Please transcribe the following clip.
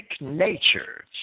nature